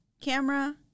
camera